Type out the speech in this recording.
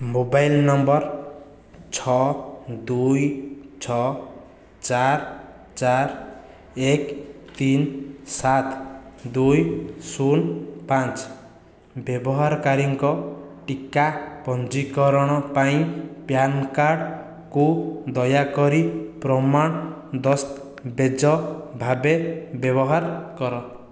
mobile ନମ୍ବର୍ ଛଅ ଦୁଇ ଛଅ ଚାରି ଚାରି ଏକ ତିନି ସାତ ଦୁଇ ଶୂନ ପାଞ୍ଚ ବ୍ୟବହାରକାରୀଙ୍କ ଟିକା ପଞ୍ଜୀକରଣ ପାଇଁ ପାନ୍କାର୍ଡ଼୍କୁ ଦୟାକରି ପ୍ରମାଣ ଦସ୍ତାବେଜ ଭାବେ ବ୍ୟବହାର କର